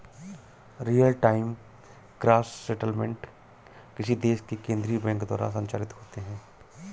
real time gross settlement किसी देश के केन्द्रीय बैंक द्वारा संचालित होते हैं